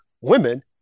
women